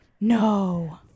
no